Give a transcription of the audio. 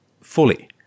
Fully